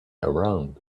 around